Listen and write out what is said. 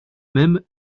même